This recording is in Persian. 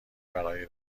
برای